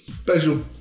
Special